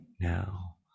now